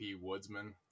Woodsman